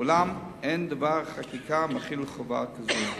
אולם אין דבר חקיקה המחיל חובה כזאת.